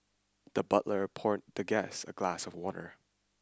the butler poured the guest a glass of water